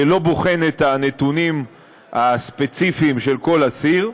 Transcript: שלא בוחן את הנתונים הספציפיים של כל אסיר,